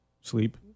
Sleep